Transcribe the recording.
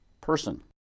person